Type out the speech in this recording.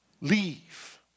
Leave